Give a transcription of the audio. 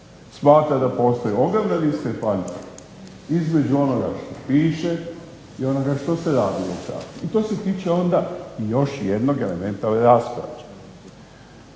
smatra da postoje ogromne diskrepancije između onoga što piše i onoga što se radilo u praksi. I to se tiče onda još jednog elementa ove rasprave.